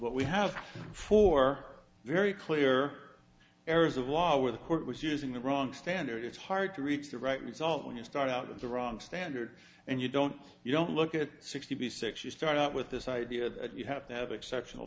what we have for very clear areas of law where the court was using the wrong standard it's hard to reach the right result when you start out with the wrong standard and you don't you don't look at sixty six you start out with this idea that you have to have exceptional